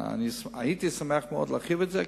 הייתי שמח מאוד להרחיב את זה,